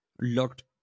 locked